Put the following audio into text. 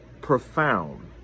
profound